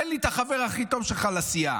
תן לי את החבר הכי טוב שלך לסיעה,